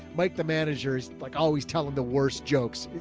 mike, the managers like always tell him the worst jokes,